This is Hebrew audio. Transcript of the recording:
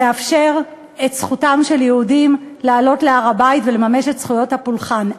לאפשר את זכותם של יהודים לעלות להר-הבית ולממש את זכויות הפולחן.